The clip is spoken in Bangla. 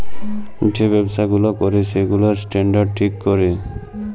যে ব্যবসা গুলা ক্যরে সেগুলার স্ট্যান্ডার্ড ঠিক ক্যরে